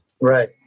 Right